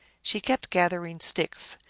she kept gathering sticks.